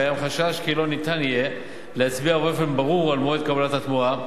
קיים חשש כי לא ניתן יהיה להצביע באופן ברור על מועד קבלת התמורה.